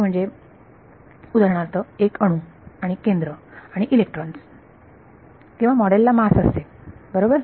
ते म्हणजे उदाहरणार्थ एक अणू आणि केंद्र आणि इलेक्ट्रॉन्स किंवा मॉडेल ला मास असते बरोबर